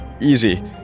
Easy